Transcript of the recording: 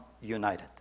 united